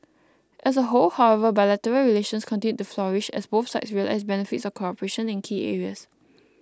as a whole however bilateral relations continued to flourish as both sides realise benefits of cooperation in key areas